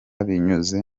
binyuze